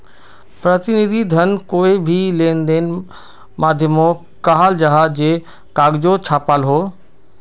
प्रतिनिधि धन कोए भी लेंदेनेर माध्यामोक कहाल जाहा जे कगजोत छापाल हो